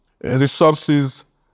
resources